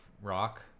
rock